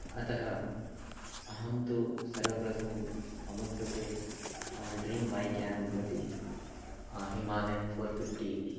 अतः अहं तु सर्वप्रथमं मम कृते मम ड्रीं बैक्यानं भवति हिमालयन् फ़ोर् फ़िफ़्टि इति